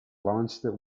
launched